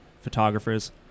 photographers